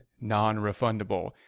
non-refundable